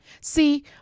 See